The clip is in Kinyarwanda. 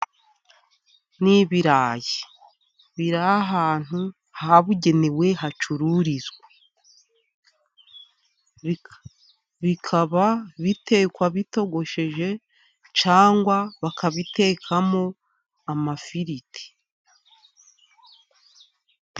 Ni ibirayi biri ahantu habugenewe hacururizwa, bikaba bitekwa bitogosheje, cyangwa bakabitekamo amafiriti.